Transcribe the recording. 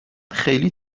خیلی